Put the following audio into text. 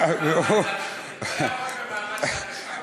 אתה לא יכול במעמד צד אחד.